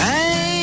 Hey